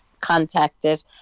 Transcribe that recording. contacted